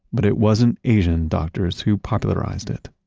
but it wasn't asian doctors who popularized it.